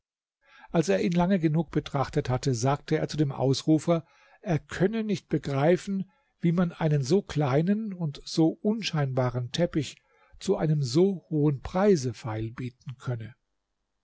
als er ihn lange genug betrachtet hatte sagte er zu dem ausrufer er könne nicht begreifen wie man einen so kleinen und so unscheinbaren teppich zu einem so hohen preise feilbieten könne